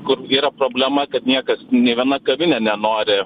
kur yra problema kad niekas nė viena kavinė nenori